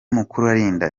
mukuralinda